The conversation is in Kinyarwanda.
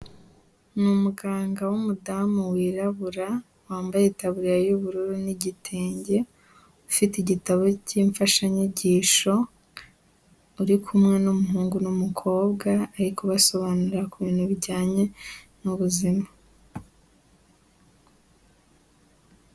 Ni umuganga w'umudamu wirabura, wambaye itaburiya y'ubururu n'igitenge, ufite igitabo cy'imfashanyigisho, uri kumwe n'umuhungu n'umukobwa, ari kubasobanurira ku bintu bijyanye n'ubuzima.